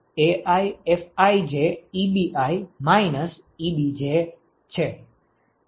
તેથી QnetAiFijEbi Ebj